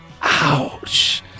Ouch